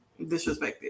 disrespected